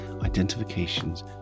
identifications